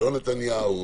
לא נתניהו,